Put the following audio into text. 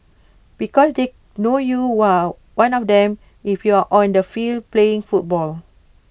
because they know you are one of them if you are on the field playing football